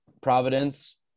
Providence